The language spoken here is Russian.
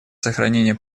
сохранения